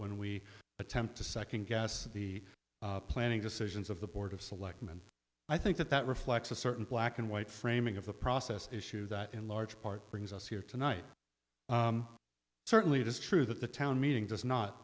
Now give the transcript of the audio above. when we attempt to second guess the planning decisions of the board of selectmen i think that that reflects a certain black and white framing of the process issue that in large part brings us here tonight certainly it is true that the town meeting does not